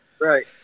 Right